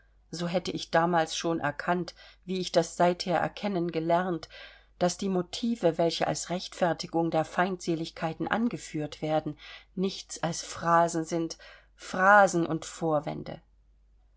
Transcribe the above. so hätte ich damals schon erkannt wie ich das seither erkennen gelernt daß die motive welche als rechtfertigung der feindseligkeiten angeführt werden nichts als phrasen sind phrasen und vorwände